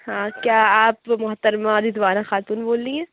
ہاں کیا آپ محترمہ رضوانہ خاتون بول رہی ہیں